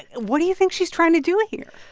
what do you think she's trying to do here?